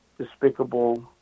despicable